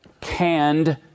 canned